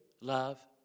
love